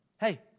Hey